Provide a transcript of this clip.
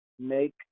make